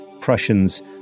Prussians